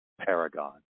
Paragon